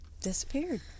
disappeared